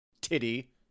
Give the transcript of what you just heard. Titty